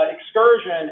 Excursion